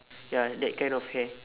ya that kind of hair